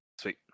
Sweet